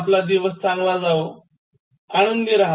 आपला दिवस चांगला जावो आनंदी राहा